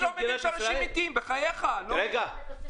בבקשה.